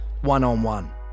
one-on-one